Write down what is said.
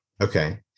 Okay